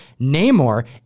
Namor